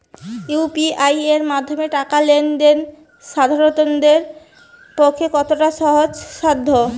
UPI এর মাধ্যমে টাকা লেন দেন সাধারনদের পক্ষে কতটা সহজসাধ্য?